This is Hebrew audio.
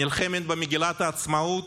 נלחמת במגילת העצמאות,